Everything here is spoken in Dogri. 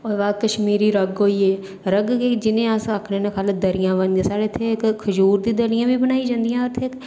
ओह्दे बाद कश्मीरी रंग होई गे रंग गी जि'नेंगी अस आखने दरियां पाइयां साढ़े इत्थै इक्क खजूर दी दरियां बी बनाई जंदियां ते